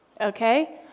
Okay